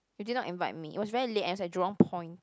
you did not invite me it was very late I was at Jurong Point